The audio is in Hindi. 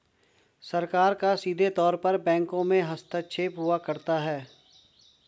सरकार का सीधे तौर पर बैंकों में हस्तक्षेप हुआ करता है